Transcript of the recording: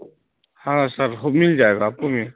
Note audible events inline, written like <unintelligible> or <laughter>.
ہاں سر ہو مل جائے گا <unintelligible> میں